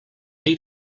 eat